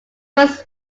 was